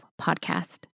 podcast